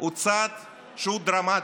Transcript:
הוא צעד שהוא דרמטי,